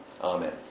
Amen